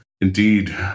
Indeed